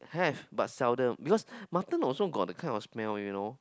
have but seldom because mutton also got the kind of smell you know